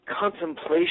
contemplation